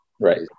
Right